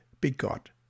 begot